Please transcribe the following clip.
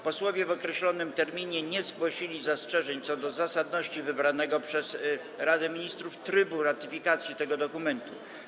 Posłowie w określonym terminie nie zgłosili zastrzeżeń co do zasadności wybranego przez Radę Ministrów trybu ratyfikacji tego dokumentu.